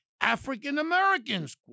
African-Americans